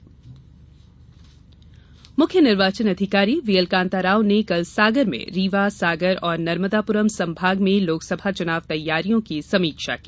चुनाव तैयारी मुख्य निर्वाचन अधिकारी वीएल कांताराव ने कल सागर में रीवा सागर और नर्मदाप्रम संभाग में लोकसभा चुनाव तैयारियों की समीक्षा की